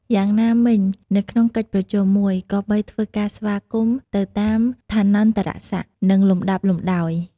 យ៉ាងណាមិញ នៅក្នុងកិច្ចប្រជុំមួយ គប្បីធ្វើការស្វាគមន៍ទៅតាមឋានន្តរសក្តិ និងលំដាប់លំដោយ។